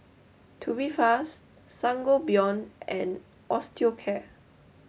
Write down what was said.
Tubifast Sangobion and Osteocare